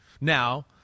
Now